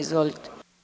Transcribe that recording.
Izvolite.